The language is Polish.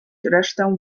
resztę